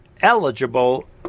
eligible